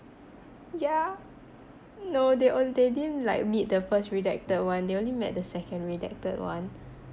yeah no they onl~ they didn't like meet the first redacted one they only met the second redacted one